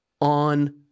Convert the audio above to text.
on